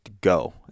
go